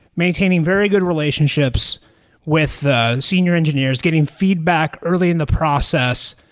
maintaining very good relationships with the senior engineers, getting feedback early in the process,